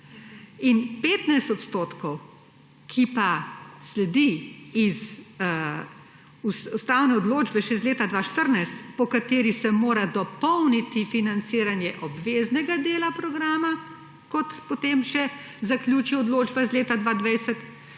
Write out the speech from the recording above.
15 odstotkov, ki pa sledi iz ustavne odločbe še iz leta 2014, po kateri se mora dopolniti financiranje obveznega dela programa, kot potem še zaključi odločba iz leta 2020,